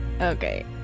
Okay